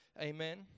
Amen